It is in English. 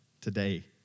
today